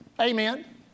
amen